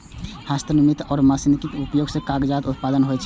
हस्तनिर्मित आ मशीनरीक उपयोग सं कागजक उत्पादन होइ छै